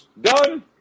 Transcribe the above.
Done